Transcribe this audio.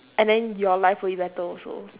and then your life would be better also